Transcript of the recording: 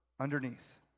underneath